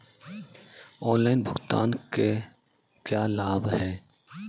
Online भुगतान के क्या लाभ हैं?